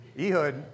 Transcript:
Ehud